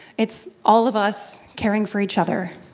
it's all of us caring for each other.